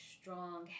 strong